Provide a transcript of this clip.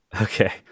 Okay